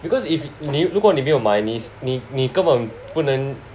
because if 你如果你没有买你你根本不能